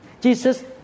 Jesus